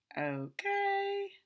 Okay